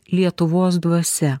lietuvos dvasia